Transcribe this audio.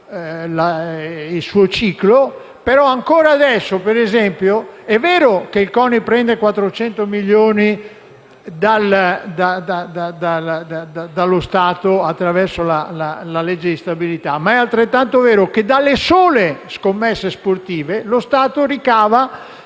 il suo ciclo; adesso però è vero che il CONI prende 400 milioni dallo Stato con la legge di stabilità, ma è altrettanto vero che dalle sole scommesse sportive lo Stato ricava